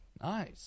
Nice